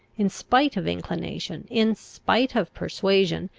in spite of inclination, in spite of persuasion,